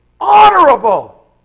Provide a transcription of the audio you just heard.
honorable